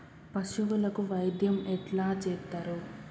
పశువులకు వైద్యం ఎట్లా చేత్తరు?